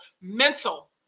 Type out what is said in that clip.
mental